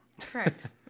correct